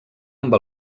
amb